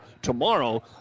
tomorrow